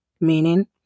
Meaning